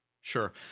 Sure